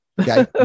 okay